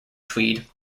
tweed